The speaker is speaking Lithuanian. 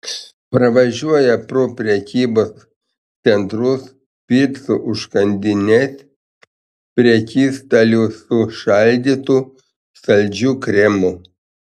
pravažiuoja pro prekybos centrus picų užkandines prekystalius su šaldytu saldžiu kremu